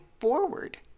forward